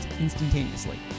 instantaneously